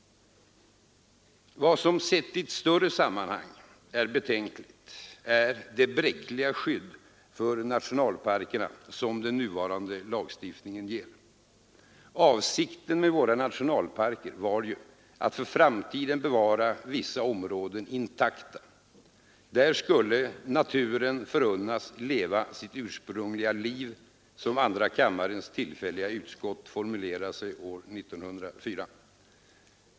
Vad som sett i ett större sammanhang är betänkligt är det bräckliga skydd för nationalparkerna som den nuvarande lagstiftningen ger. Avsikten med våra nationalparker var ju att för framtiden bevara vissa områden intakta — där skulle ”naturen förunnas lefva sitt ursprungliga lif”, som andra kammarens tillfälliga utskott formulerade sig år 1904.